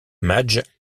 madge